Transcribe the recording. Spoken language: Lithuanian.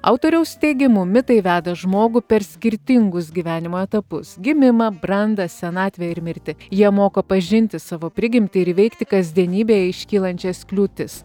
autoriaus teigimu mitai veda žmogų per skirtingus gyvenimo etapus gimimą brandą senatvę ir mirtį jie moko pažinti savo prigimtį ir įveikti kasdienybėje iškylančias kliūtis